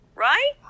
Right